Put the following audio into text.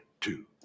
two